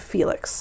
Felix